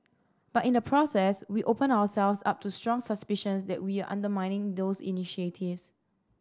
but in the process we opened ourselves up to strong suspicions that we are undermining those initiatives